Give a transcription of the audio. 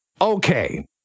okay